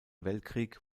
weltkrieg